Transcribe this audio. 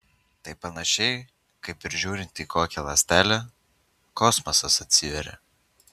tai panašiai kaip ir žiūrint į kokią ląstelę kosmosas atsiveria